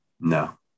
No